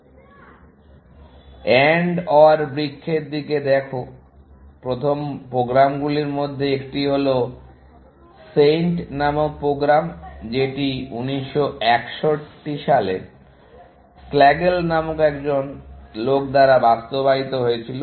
AND OR বৃক্ষের দিকে দেখো প্রথম প্রোগ্রামগুলির মধ্যে একটি হল SAINT নামক প্রোগ্রাম যেটি 1961 সালে স্ল্যাগল নামক একজন লোক দ্বারা বাস্তবায়িত হয়েছিল